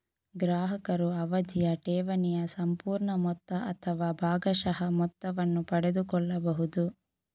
ಗ್ರಾಹಕರು ಅವಧಿಯ ಠೇವಣಿಯ ಸಂಪೂರ್ಣ ಮೊತ್ತ ಅಥವಾ ಭಾಗಶಃ ಮೊತ್ತವನ್ನು ಪಡೆದುಕೊಳ್ಳಬಹುದು